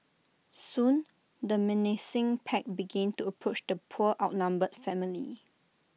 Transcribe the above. soon the menacing pack begin to approach the poor outnumbered family